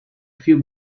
few